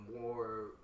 more